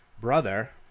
brother